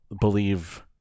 believe